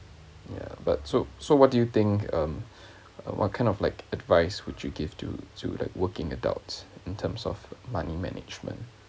ya but so so what do you think um what kind of like advice would you give to to like working adults in terms of money management